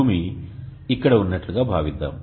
భూమి ఇక్కడ ఉన్నట్లుగా భావిద్దాం